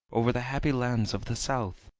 over the happy lands of the south,